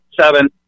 seven